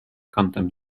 kątem